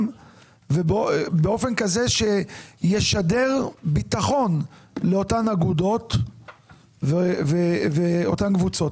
ובאופן כזה שישדר ביטחון לאותן אגודות ואותן קבוצות.